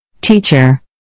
Teacher